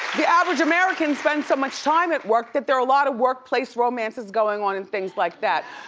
the average american spends so much time at work that there are a lot of work place romances going on and things like that.